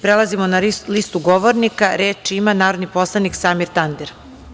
Prelazimo na listu govornika Reč ima narodni poslanik Samir Tandir.